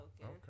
okay